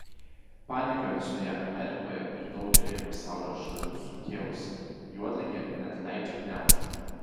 paniką visoje amerikoje ir daugelyje pasaulio šalių sukėlusi juodligė neatleidžia gniaužtų